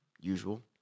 usual